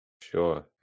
Sure